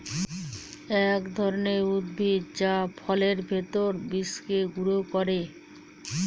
এক ধরনের উদ্ভিদ যা ফলের ভেতর বীজকে গুঁড়া করে